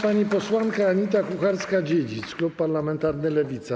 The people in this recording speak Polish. Pani posłanka Anita Kucharska-Dziedzic, klub parlamentarny Lewica.